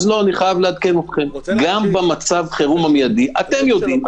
אני חייב לעדכן אתכם ולומר שגם במצב חירום מיידי אתם יודעים,